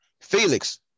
Felix